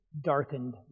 darkened